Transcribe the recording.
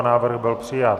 Návrh byl přijat.